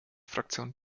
fraktion